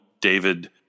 David